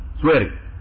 swearing